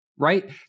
Right